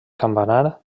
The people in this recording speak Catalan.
campanar